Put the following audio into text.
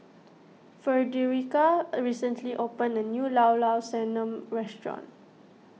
Frederica recently opened a new Llao Llao Sanum restaurant